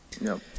No